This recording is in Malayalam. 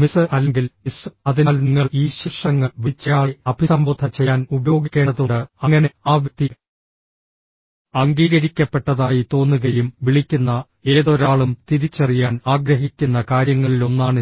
മിസ്സ് അല്ലെങ്കിൽ മിസ്സ് അതിനാൽ നിങ്ങൾ ഈ ശീർഷകങ്ങൾ വിളിച്ചയാളെ അഭിസംബോധന ചെയ്യാൻ ഉപയോഗിക്കേണ്ടതുണ്ട് അങ്ങനെ ആ വ്യക്തി അംഗീകരിക്കപ്പെട്ടതായി തോന്നുകയും വിളിക്കുന്ന ഏതൊരാളും തിരിച്ചറിയാൻ ആഗ്രഹിക്കുന്ന കാര്യങ്ങളിലൊന്നാണിത്